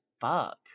fuck